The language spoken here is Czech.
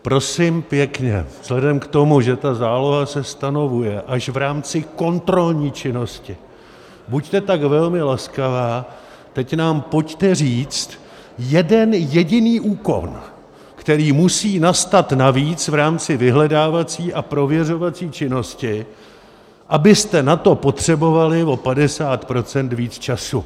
Prosím pěkně, vzhledem k tomu, že ta záloha se stanovuje až v rámci kontrolní činnosti, buďte tak velmi laskavá, teď nám pojďte říct jeden jediný úkon, který musí nastat navíc v rámci vyhledávací a prověřovací činnosti, abyste na to potřebovali o padesát procent víc času.